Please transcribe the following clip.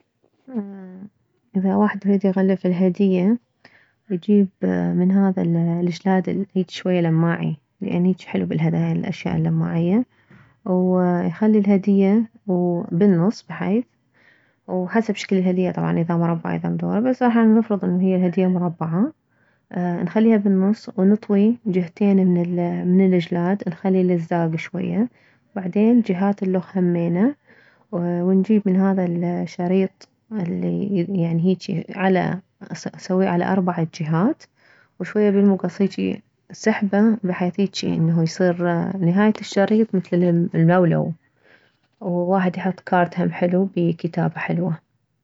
اذا واحد يريد يغلف الهدية يجيب من هذا الجلاد الي هيجي شوية لماعي لان هيجي حلو بالهدايا الاشياء اللماعية ويخلي الهدية وبالنص بحيث وحسب شكل الهدية طبعا اذا مربعة اذا مدورة بس راح نفرض انه هي الهدية مربعة نخليها بالنص ونطوي جهتين من من الجلاد نخلي لزاك شوية بعدين جهات الخ همينه ونجيب من هذا الشريط اللي يعني هيجي على نسويه نسوي على على اربع جهات وشوية بالمكص هيجي نسحبه بحيث انه هيجي يصير نهاية الشريط مثل الملولو وواحد يحط كارت هم حلو بيه كتابة حلوة